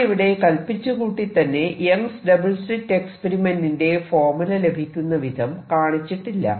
ഞാനിവിടെ കല്പിച്ചുകൂട്ടിത്തന്നെ Young's double slit എക്സ്പെരിമെന്റിന്റെ ഫോർമുല ലഭിക്കുന്ന വിധം കാണിച്ചിട്ടില്ല